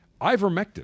Ivermectin